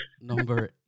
number